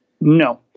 No